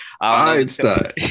Einstein